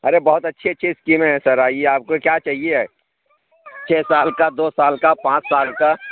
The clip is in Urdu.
ارے بہت اچھی اچھی اسکیمیں ہیں سر آئیے آپ کو کیا چاہیے چھ سال کا دو سال پانچ سال کا